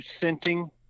scenting